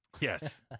Yes